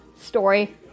story